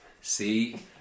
See